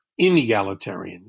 inegalitarian